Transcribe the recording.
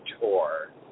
tour